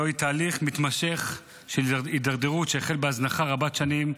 זהו תהליך מתמשך של הידרדרות שהחל בהזנחה רבת שנים.